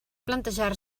plantejar